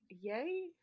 yay